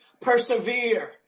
persevere